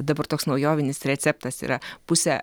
dabar toks naujovinis receptas yra pusę